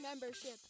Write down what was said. membership